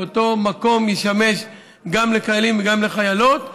שאותו מקום ישמש גם לחיילים וגם לחיילות,